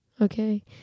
Okay